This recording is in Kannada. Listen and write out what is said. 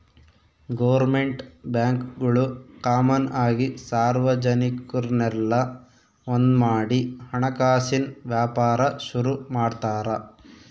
ಗೋರ್ಮೆಂಟ್ ಬ್ಯಾಂಕ್ಗುಳು ಕಾಮನ್ ಆಗಿ ಸಾರ್ವಜನಿಕುರ್ನೆಲ್ಲ ಒಂದ್ಮಾಡಿ ಹಣಕಾಸಿನ್ ವ್ಯಾಪಾರ ಶುರು ಮಾಡ್ತಾರ